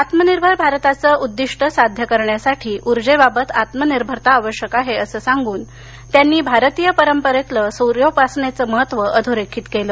आत्मनिर्भर भारताचं उद्दिष्ट साध्य करण्यासाठी ऊर्जेबाबत आत्मनिर्भरता आवश्यक आहे अस सांगून त्यांनी भारतीय परंपरेतलं सूर्योपासनेचं महत्त्व अधोरेखित केलं